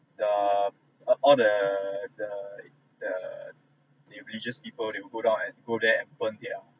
the all the the the the religious people they will go down and go there and burn their